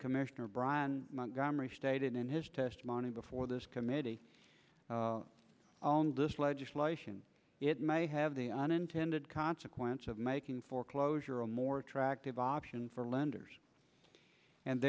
commissioner brian montgomery stated in his testimony before this committee on this legislation it may have the unintended consequence of making foreclosure a more attractive option for lenders and